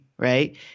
Right